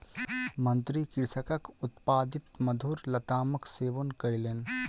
मंत्री कृषकक उत्पादित मधुर लतामक सेवन कयलैन